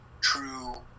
true